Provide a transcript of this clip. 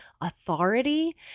authority